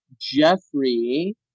Jeffrey